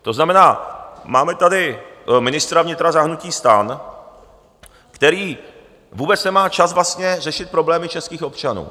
To znamená, máme tady ministra vnitra za hnutí STAN, který vůbec nemá čas vlastně řešit problémy českých občanů.